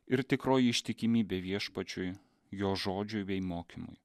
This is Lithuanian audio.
ir tikroji ištikimybė viešpačiui jo žodžiui bei mokymui